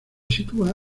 sitúa